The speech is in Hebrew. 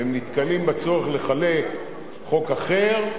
והם נתקלים בצורך לתקן חוק אחר,